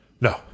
No